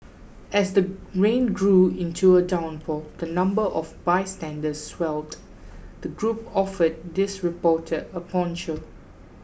as the rain grew into a downpour and the number of bystanders swelled the group offered this reporter a poncho